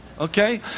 okay